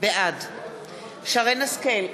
בעד שרן השכל,